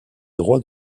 droit